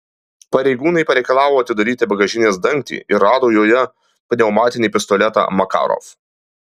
pareigūnai pareikalavo atidaryti bagažinės dangtį ir rado joje pneumatinį pistoletą makarov